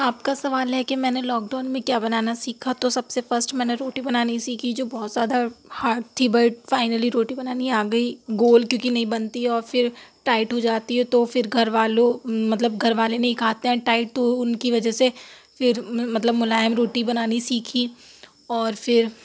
آپ کا سوال ہے کہ میں نے لاک ڈاؤن میں کیا بنانا سیکھا تو سب سے فسٹ میں نے روٹی بنانی سیکھی جو بہت زیادہ ہارڈ تھی بٹ فائنلی روٹی بنانی آ گئی گول کیونکہ نہیں بنتی اور پھر ٹائٹ ہو جاتی ہے تو پھر گھر والوں مطلب گھر والے نہیں کھاتے ہیں ٹائٹ تو ان کی وجہ سے پھر مطلب ملائم روٹی بنانی سیکھی اور پھر